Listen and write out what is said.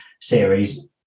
series